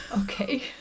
Okay